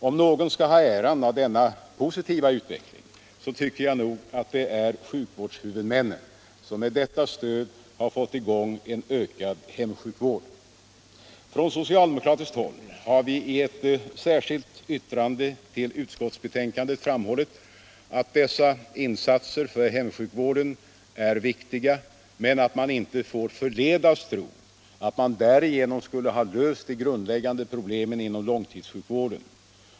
Om någon skall ha äran av denna positiva utveckling, så tycker jag nog att det är sjukvårdshuvudmännen som med detta stöd har fått i gång en ökad hemsjukvård. Från socialdemokratiskt håll har vi i ett särskilt yttrande till utskotts betänkandet framhållit att dessa insatser för hemsjukvården är viktiga, men att man inte får förledas tro att man därigenom skulle ha löst de grundläggande problemen inom långtidssjukvården.